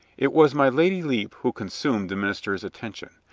it was my lady lepe who consumed the minis ter's attention.